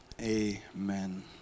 amen